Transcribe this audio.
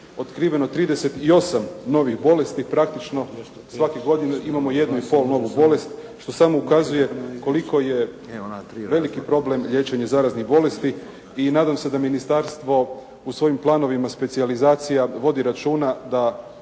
otkriveno 38 novih bolesti, praktično svake godine imamo jednu i pol novu bolest što samo ukazuje koliko je veliki problem liječenje zaraznih bolesti i nadam se da ministarstvo u svojim planovima specijalizacija vodi računa da